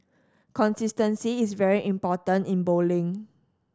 consistency is very important in bowling